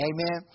Amen